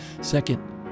Second